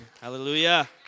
Hallelujah